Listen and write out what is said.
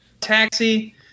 Taxi